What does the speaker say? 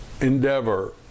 endeavor